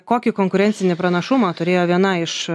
kokį konkurencinį pranašumą turėjo viena iš